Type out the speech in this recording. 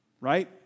right